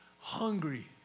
hungry